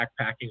backpacking